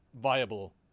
viable